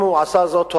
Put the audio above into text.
אם הוא עשה זאת,